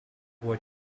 were